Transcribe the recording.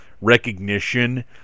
recognition